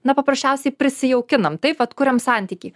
na paprasčiausiai prisijaukinam taip vat kuriam santykį